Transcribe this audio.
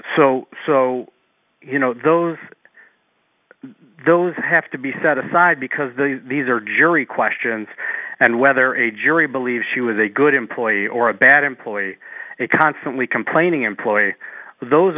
so so you know those those have to be set aside because the these are jury questions and whether a jury believes she was a good employee or a bad employee and constantly complaining employ those